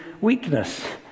weakness